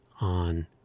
on